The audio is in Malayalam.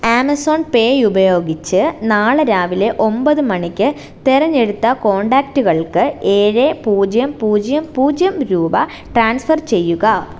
ആമസോൺ പേ ഉപയോഗിച്ച് നാളെ രാവിലെ ഒൻപത് മണിക്ക് തെരഞ്ഞെടുത്ത കോൺടാക്റ്റുകൾക്ക് ഏഴ് പൂജ്യം പൂജ്യം പൂജ്യം രൂപ ട്രാൻസ്ഫർ ചെയ്യുക